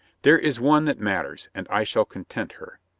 there is one that matters, and i shall content her.